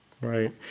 Right